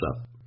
up